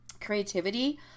creativity